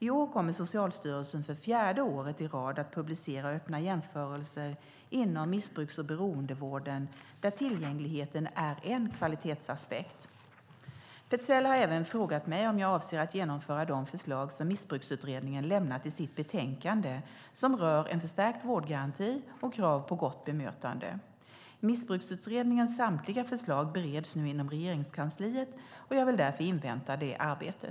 I år kommer Socialstyrelsen för fjärde året i rad att publicera öppna jämförelser inom missbruks och beroendevården där tillgängligheten är en kvalitetsaspekt. Petzäll har även frågat mig om jag avser att genomföra de förslag som Missbruksutredningen lämnat i sitt betänkande som rör en förstärkt vårdgaranti och krav på gott bemötande. Missbruksutredningens samtliga förslag bereds nu inom Regeringskansliet, och jag vill därför invänta det arbetet.